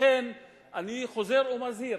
ולכן אני חוזר ומזהיר.